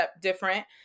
different